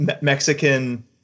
Mexican